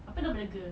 apa nama the girl